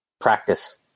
practice